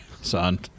son